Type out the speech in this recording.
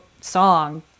song